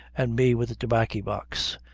and me wid the tobaccy-box.